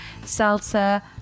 Salsa